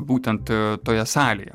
būtent toje salėje